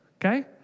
okay